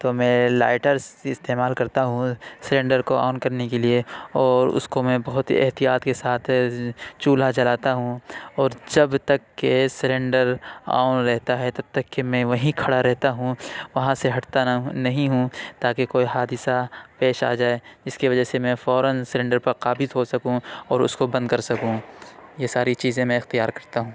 تو میں لائیٹرس استعمال کرتا ہوں سلینڈر کو آن کرنے کے لیے اور اس کو میں بہت احتیاط کے ساتھ چولہا جلاتا ہوں اور جب تک کہ سلینڈر آن رہتا ہے تب تک کہ میں وہیں کھڑا رہتا ہوں وہاں سے ہٹتا نہ ہو نہیں ہوں تاکہ کوئی حادثہ پیش آ جائے جس کی وجہ سے میں فوراََ سلینڈر پر قابض ہو سکوں اور اس کو بند کر سکوں یہ ساری چیزیں میں اختیار کرتا ہوں